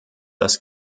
das